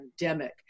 pandemic